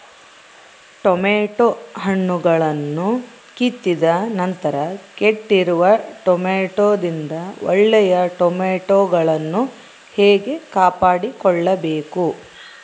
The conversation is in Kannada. ಟೊಮೆಟೊ ಹಣ್ಣುಗಳನ್ನು ಕಿತ್ತಿದ ನಂತರ ಕೆಟ್ಟಿರುವ ಟೊಮೆಟೊದಿಂದ ಒಳ್ಳೆಯ ಟೊಮೆಟೊಗಳನ್ನು ಹೇಗೆ ಕಾಪಾಡಿಕೊಳ್ಳಬೇಕು?